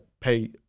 pay